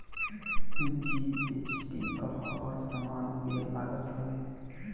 GST अब हर समान पे लागत हवे